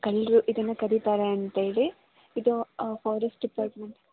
ಕಳ್ಳರು ಇದನ್ನು ಕದೀತಾರೆ ಅಂತೇಳಿ ಇದು ಫಾರೆಸ್ಟ್ ಡಿಪಾರ್ಟ್ಮೆಂಟ್